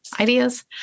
ideas